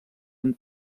amb